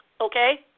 Okay